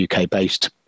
UK-based